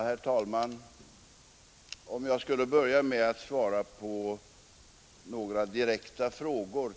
Herr talman! Jag vill börja med att svara på några direkta frågor.